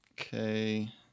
okay